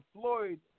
Floyd